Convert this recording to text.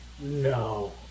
No